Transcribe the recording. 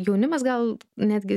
jaunimas gal netgi